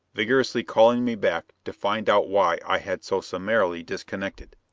vigorously calling me back to find out why i had so summarily disconnected.